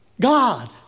God